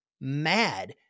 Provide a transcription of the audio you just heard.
mad